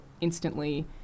instantly